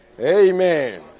Amen